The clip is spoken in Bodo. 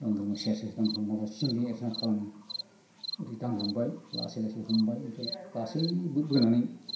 दांग्रोमो सेर सेर दांग्रोमना सिंजों एरसोना खालामो ओरै दांग्रोमबाय लासै लासै हमबाय ओमफ्राय लासै बोनानै